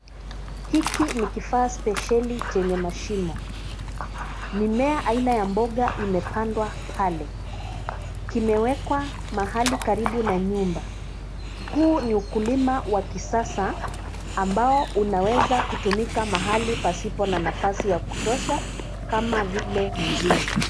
Hiki ni kifaa spesheli chenye mashimo. Mimea aina ya mboga imepandwa pale. Kimewekwa mahali karibu na nyumba. Huu ni ukulima wa kisasa ambao unaweza kutumika mahali pasipo na nafasi ya kutosha kama vile mjini.